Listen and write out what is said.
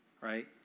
right